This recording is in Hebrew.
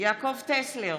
יעקב טסלר,